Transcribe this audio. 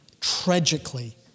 tragically